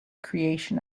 creation